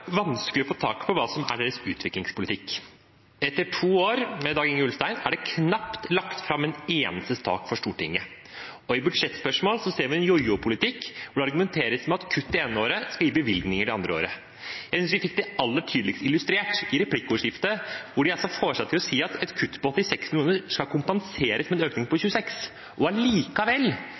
det knapt lagt fram en eneste sak for Stortinget, og i budsjettspørsmål ser vi en jojo-politikk, hvor det argumenteres med at kutt det ene året skal gi bevilgninger det andre året. Jeg synes vi fikk det aller tydeligst illustrert i replikkordskiftet, hvor de altså får seg til å si at et kutt på 86 mill. kr skal kompenseres med en økning på 26. Allikevel